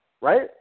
right